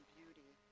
beauty